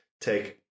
take